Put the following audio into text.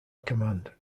command